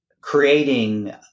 creating